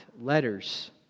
letters